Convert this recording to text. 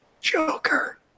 Joker